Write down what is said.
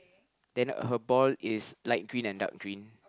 then her ball is light green and dark green